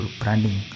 branding